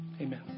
Amen